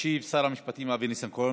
ישיב שר המשפטים אבי ניסנקורן,